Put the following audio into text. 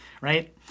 Right